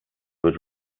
with